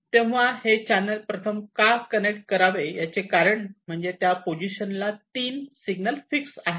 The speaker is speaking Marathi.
तेव्हा हे चॅनेल प्रथम कनेक्ट का करावे याचे कारण म्हणजे त्या पोझिशनला तीन सिग्नल फिक्स आहे